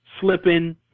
slipping